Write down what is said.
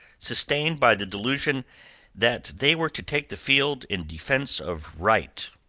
sustained by the delusion that they were to take the field in defence of right,